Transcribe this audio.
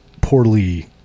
poorly